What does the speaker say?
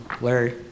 Larry